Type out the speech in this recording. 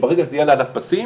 שברגע שזה יעלה על הפסים,